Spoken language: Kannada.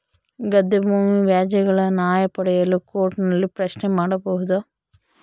ಗದ್ದೆ ಭೂಮಿ ವ್ಯಾಜ್ಯಗಳ ನ್ಯಾಯ ಪಡೆಯಲು ಕೋರ್ಟ್ ನಲ್ಲಿ ಪ್ರಶ್ನೆ ಮಾಡಬಹುದಾ?